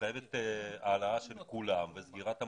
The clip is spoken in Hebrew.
שמחייבת העלאה של כולם וסגירת המחנות,